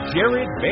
Jared